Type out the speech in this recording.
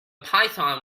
python